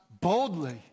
boldly